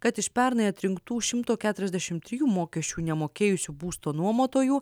kad iš pernai atrinktų šimto keturiasdešimt trijų mokesčių nemokėjusių būsto nuomotojų